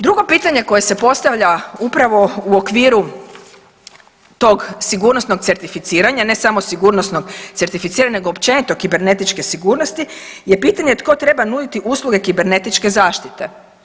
Drugo pitanje koje se postavlja upravo u okviru tog sigurnosnog certificiranja, ne samo sigurnosnog certificiranja nego općenito kibernetičke sigurnosti je pitanje tko treba nuditi usluge kibernetičke zaštite.